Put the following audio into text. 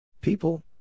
People